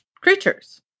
creatures